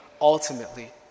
ultimately